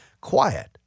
quiet